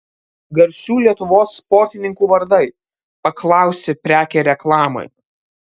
garsių lietuvos sportininkų vardai paklausi prekė reklamai